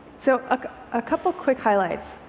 so a ah couple quick highlights.